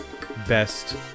best